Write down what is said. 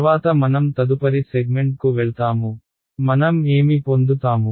తర్వాత మనం తదుపరి సెగ్మెంట్కు వెళ్తాము మనం ఏమి పొందుతాము